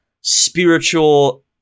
spiritual